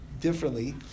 differently